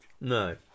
no